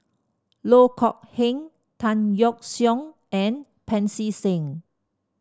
Loh Kok Heng Tan Yeok Seong and Pancy Seng